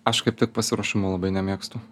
aš kaip tik pasiruošimo labai nemėgstu